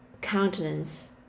countenance